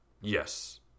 Yes